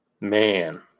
Man